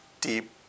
deep